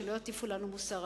שלא יטיפו לנו מוסר.